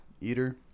eater